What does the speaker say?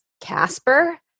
Casper